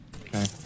okay